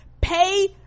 Pay